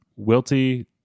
wilty